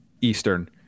eastern